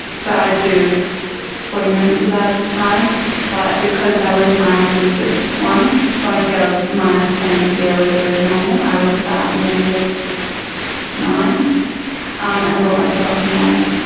so i'd do forty minutes of that at a time but because that was my weakest one it's on a scale of minus ten to zero zero is normal. i was about negative nine and brought myself up to normal.